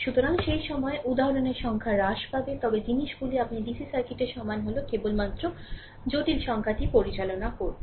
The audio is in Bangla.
সুতরাং সেই সময়ে উদাহরণের সংখ্যা হ্রাস পাবে তবে জিনিসগুলি আপনার ডিসি সার্কিটের সমান হল কেবলমাত্র জটিল সংখ্যাটি পরিচালনা করবে